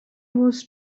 was